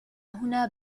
هنا